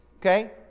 Okay